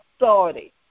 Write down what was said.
authority